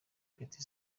petit